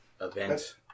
event